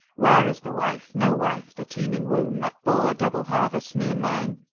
where is the wife, no wife, the teeming womb that bore a double harvest, me and mine?